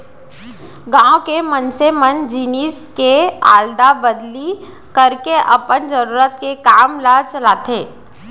गाँव के मनसे मन जिनिस के अदला बदली करके अपन जरुरत के काम ल चलाथे